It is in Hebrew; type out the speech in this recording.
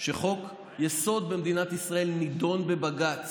שחוק-יסוד במדינת ישראל נידון בבג"ץ.